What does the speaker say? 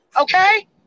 Okay